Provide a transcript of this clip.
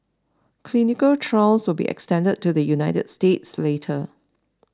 clinical trials will be extended to the United States later